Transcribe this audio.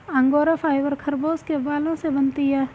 angora fibre खरगोश के बालों से बनती है